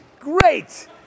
Great